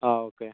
ആ ഓക്കെ